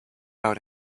out